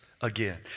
again